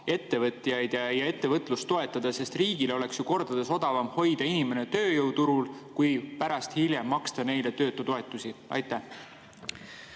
ettevõtjaid ja ettevõtlust toetada? Riigile oleks ju kordades odavam hoida inimene tööjõuturul, kui pärast hiljem maksta töötutoetusi. Aitäh,